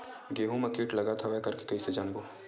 गेहूं म कीट लगत हवय करके कइसे जानबो?